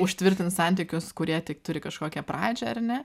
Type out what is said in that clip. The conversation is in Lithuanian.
užtvirtint santykius kurie tik turi kažkokią pradžią ar ne